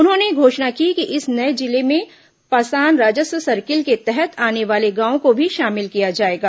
उन्होंने घोषणा की कि इस नए जिले में पसान राजस्व सर्किल के तहत आने वाले गांवों को भी शामिल किया जाएगा